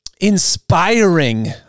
inspiring